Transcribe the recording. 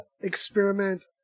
experiment